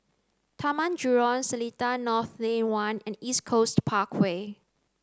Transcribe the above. Taman Jurong Seletar North Lane one and East Coast Parkway